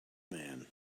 man